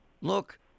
look